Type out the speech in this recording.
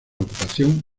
ocupación